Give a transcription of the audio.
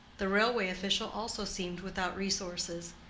the railway official also seemed without resources,